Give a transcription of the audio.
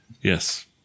Yes